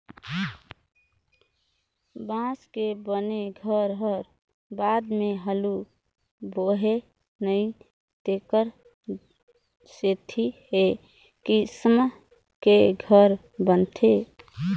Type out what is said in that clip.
बांस के बने घर हर बाद मे हालू बोहाय नई तेखर सेथी ए किसम के घर बनाथे